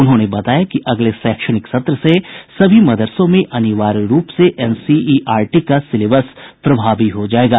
उन्होंने बताया कि अगले शैक्षणिक सत्र से सभी मदरसों में अनिवार्य रूप से एनसीईआरटी का सिलेबस प्रभावी हो जायेगा